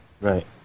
Right